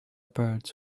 birds